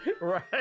Right